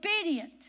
obedient